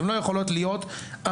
הן לא יכולות ארציות,